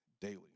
daily